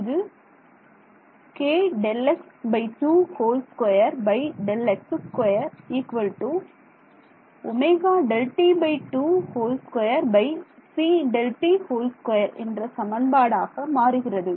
இது என்ற சமன்பாடு ஆக மாறுகிறது